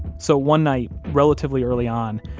so one night relatively early on,